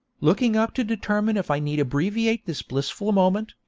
looking up to determine if i need abbreviate this blissful moment,